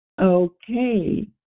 Okay